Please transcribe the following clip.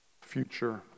Future